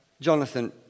Jonathan